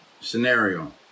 scenario